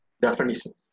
definitions